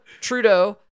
Trudeau